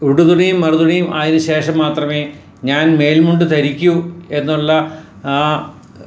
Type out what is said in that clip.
ഉടുതുണിയും മറുതുണിയും ആയതിന് ശേഷം മാത്രമേ ഞാന് മേല്മുണ്ട് ധരിക്കൂ എന്നുള്ള ആ